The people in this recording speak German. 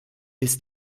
bis